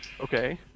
okay